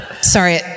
Sorry